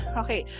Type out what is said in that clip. okay